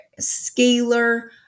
scalar